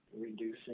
reducing